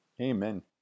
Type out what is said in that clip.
Amen